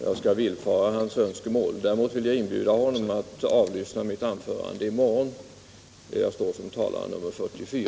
Jag skall villfara hans önskemål. Däremot vill jag inbjuda honom att avlyssna mitt anförande i morgon. Jag står som talare nr 44.